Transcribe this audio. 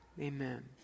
Amen